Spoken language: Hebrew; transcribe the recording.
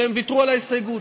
והם ויתרו על ההסתייגות.